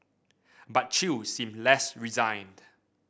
but Chew seemed less resigned